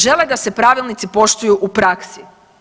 Žele da se pravilnici poštuju u praksi.